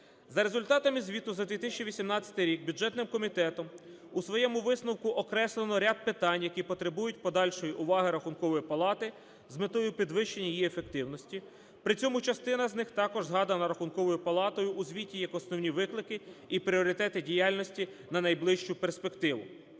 За результатами звіту за 2018 рік бюджетним комітетом у своєму висновку окреслено ряд питань, які потребують подальшої уваги Рахункової палати з метою підвищення її ефективності, при цьому частина з них також згадана Рахунковою палатою у звіті як основні виклики і пріоритети діяльності на найближчу перспективу.